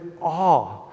awe